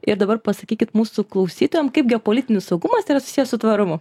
ir dabar pasakykit mūsų klausytojam kaip geopolitinis saugumas tai yra susijęs su tvarumu